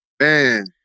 Man